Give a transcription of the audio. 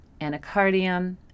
anacardium